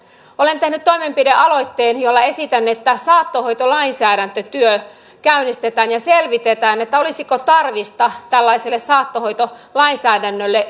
olen tehnyt toimenpidealoitteen jolla esitän että saattohoitolainsäädäntötyö käynnistetään ja selvitetään olisiko tarvista tällaiselle saattohoitolainsäädännölle